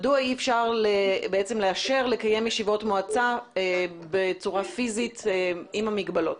מדוע אי אפשר לאשר לקיים ישיבות מועצה בצורה פיזית עם המגבלות